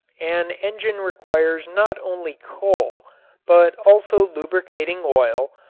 an engine requires not only coal but also lubricating oil,